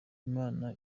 iman